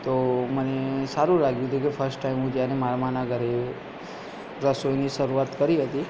તો મને સારું લાગ્યું તું કે ફસ્ટ ટાઈમ હું જ્યારે મામાના ઘરે રસોઈની શરૂઆત કરી હતી